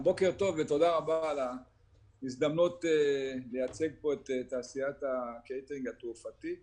בוקר טוב ותודה רבה על ההזדמנות לייצג פה את תעשיית הקייטרינג התעופתי.